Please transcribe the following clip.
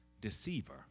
deceiver